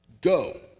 Go